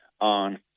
on